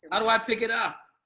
how do i pick it up?